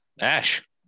Ash